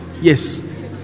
Yes